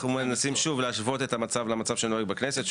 אנחנו מנסים שוב להשוות את המצב למצב שנהוג בכנסת,